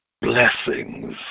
blessings